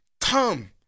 come